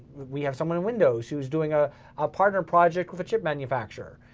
we have someone in windows who's doing a partner project with a chip manufacturer.